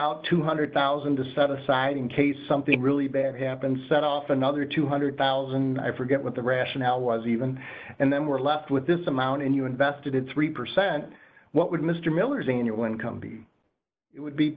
out two hundred thousand to set aside in case something really bad happened set off another two hundred thousand i forget what the rationale was even and then we're left with this amount and you invested in three percent what would mr miller senior when come be it would be